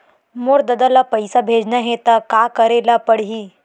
मोर ददा ल पईसा भेजना हे त का करे ल पड़हि?